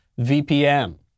VPN